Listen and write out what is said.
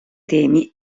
temi